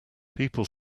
people